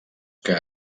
que